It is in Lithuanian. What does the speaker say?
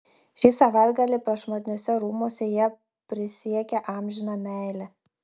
šį savaitgalį prašmatniuose rūmuose jie prisiekė amžiną meilę